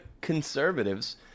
conservatives